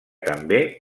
també